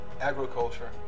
agriculture